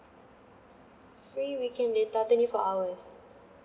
free weekend data twenty four hours